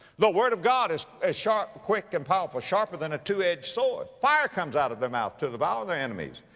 the word of god is as sharp, quick and powerful, sharper than a two-edged sword. fire comes out of their mouth to devour their enemies.